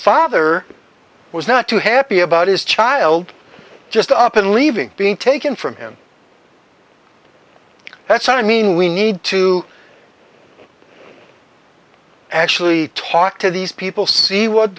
father was not too happy about his child just up and leaving being taken from him that's i mean we need to actually talk to these people see what